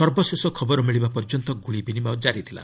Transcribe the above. ସର୍ବଶେଷ ଖବର ମିଳିବା ପର୍ଯ୍ୟନ୍ତ ଗୁଳିବିନିମୟ ଜାରି ଥିଲା